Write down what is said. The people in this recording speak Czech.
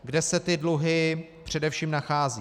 Kde se ty dluhy především nacházejí?